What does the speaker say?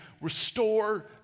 restore